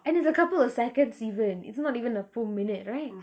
and it's a couple of seconds even it's not even a full minute right